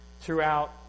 Throughout